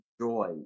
joy